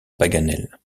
paganel